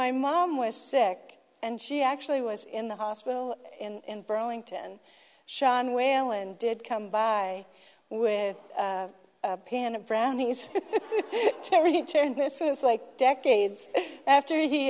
my mom was sick and she actually was in the hospital in burlington shon wayland did come by with a pan of brownies this was like decades after he